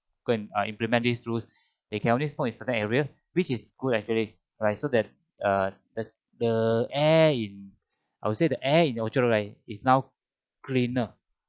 go and uh implement these rules they can only smoke in certain area which is good actually but also that uh that the air in I would say the air in orchard road right is now cleaner